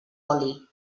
oli